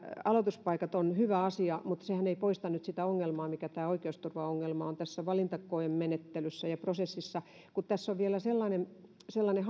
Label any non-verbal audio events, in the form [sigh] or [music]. aloituspaikat ovat hyvä asia mutta sehän ei poista nyt sitä ongelmaa mikä oikeusturvaongelma on tässä valintakoemenettelyssä ja prosessissa tässä on vielä sellainen sellainen [unintelligible]